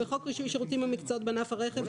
1. בחוק רישוי שירותים ומקצועות בענף הרכב,